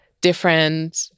different